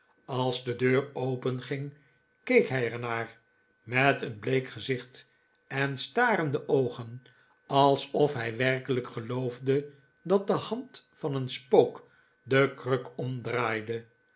als de deur openging keek hij er naar met een bleek gezicht en starende oogen alsof hij werkelijk geloofde dat de hand van een spook de kruk